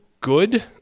good